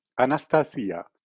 anastasia